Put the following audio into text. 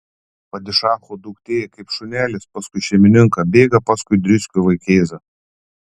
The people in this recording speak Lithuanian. padišacho duktė kaip šunelis paskui šeimininką bėga paskui driskių vaikėzą